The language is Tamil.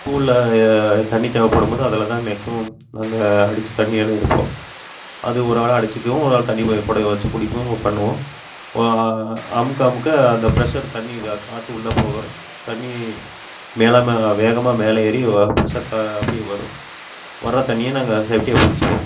ஸ்கூலில் தண்ணி தேவைப்படும்போது அதில் தான் மேக்ஸிமம் நாங்கள் அடித்து தண்ணியெல்லாம் எடுப்போம் அது ஒரு ஆளாக அடிச்சுக்குவோம் ஒரு ஆள் தண்ணி பை கொடம் வச்சு பிடிப்போம் பண்ணுவோம் அமுக்க அமுக்க அந்த பிரஸர் தண்ணீ வே காற்று உள்ளே போக தண்ணீ மேலே வேகமாக மேலே ஏறி வரும் பிரஸர் தா அப்படியே வரும் வர்ற தண்ணியை நாங்கள் ஷேஃப்டியாக பிடிச்சிப்போம்